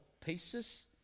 pieces